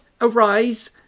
arise